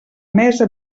mesa